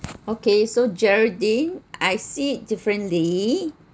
okay so jeraldine I see it differently